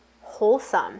wholesome